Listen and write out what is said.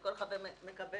וכל חבר מקבל